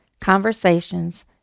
conversations